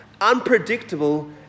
unpredictable